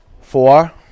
four